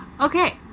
Okay